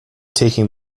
taking